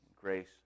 grace